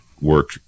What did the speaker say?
work